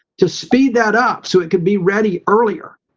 to speed that up so it could be ready earlier?